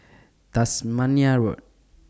Tasmania Road